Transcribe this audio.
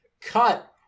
cut